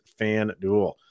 FanDuel